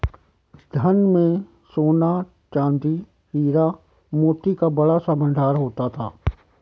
धन में सोना, चांदी, हीरा, मोती का बड़ा सा भंडार होता था